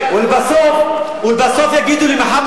ולבסוף יגידו לי מחר,